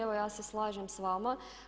Evo ja se slažem sa vama.